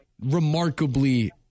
remarkably